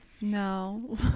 No